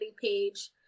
page